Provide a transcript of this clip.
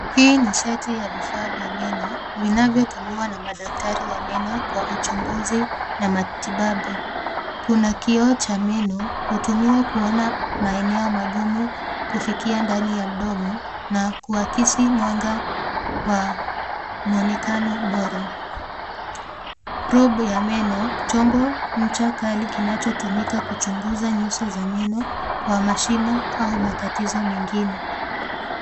Hii ni seti ya vifaa vya meno vinavyotumiwa na madaktari wa meno kwa uchunguzi na matibabu. Kuna kioo cha meno, hutumiwa kuona maeneo magumu kufikia ndani ya mdomo na kuakisi mwanga wa mwonekano bora. Rube ya meno, chombo ncha kali kinachotumika kuchunguza nyuso za meno kwa mashimo au matatizo mengine.